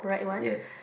yes